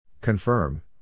Confirm